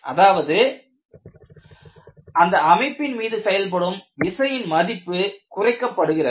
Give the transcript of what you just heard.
அதாவது அந்த அமைப்பின் மீது செயல்படுத்தப்படும் விசையின் மதிப்பு குறைக்கப்படுகிறது